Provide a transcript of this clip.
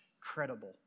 credible